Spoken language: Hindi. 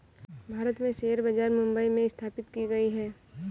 भारत में शेयर बाजार मुम्बई में स्थापित की गयी है